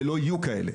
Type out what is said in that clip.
ולא יהיו כאלה.